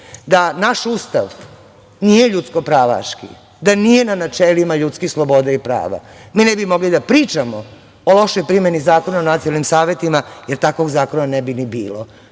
Da naš Ustav nije ljudsko pravaški, da nije na načelima ljudskih sloboda i prava, mi ne bi mogli da pričamo o lošoj primeni Zakona o nacionalnim savetima, jer takvog zakona ne bi ni bilo.